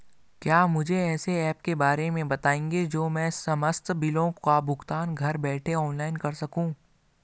क्या मुझे ऐसे ऐप के बारे में बताएँगे जो मैं समस्त बिलों का भुगतान घर बैठे ऑनलाइन कर सकूँ?